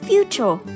Future